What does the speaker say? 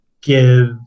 give